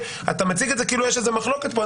אתה מציג את זה כאילו יש איזה מחלוקת פה,